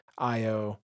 IO